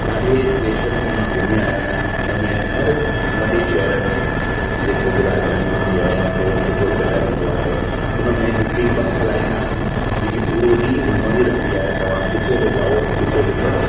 ॾाढे देशनि में मां घुमी आयो आहियां हुन में हरु वॾे शहर में जेको बि राजधानी हूंदी आहे या को सुठो शहरु हूंदो आहे हुन में हिकिड़ी बस हलाईंदा आहिनि जेकी पूरो ॾींहुं घुमंदो रहंदी आहे तव्हां किथे बि लहो किथे बि चढ़ो